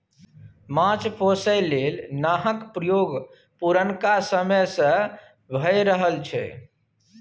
माछ पोसय लेल नाहक प्रयोग पुरनका समय सँ भए रहल छै